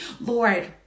Lord